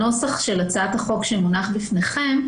הנוסח של הצעת החוק שמונחת בפניכם,